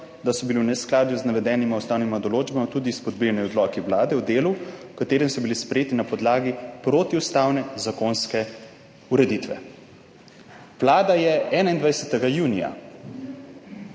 da so bili v neskladju z navedenima ustavnima odločbama tudi izpodbijani odloki Vlade v delu, v katerem so bili sprejeti na podlagi protiustavne zakonske ureditve. Vlada je 21. junija